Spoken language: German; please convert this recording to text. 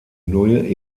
neue